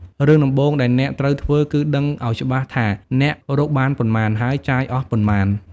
រឿងដំបូងដែលអ្នកត្រូវធ្វើគឺដឹងឱ្យច្បាស់ថាអ្នករកបានប៉ុន្មាន ហើយចាយអស់ប៉ុន្មាន។